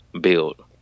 build